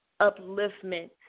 upliftment